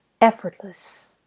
effortless